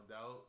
out